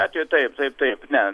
atveju taip taip taip ne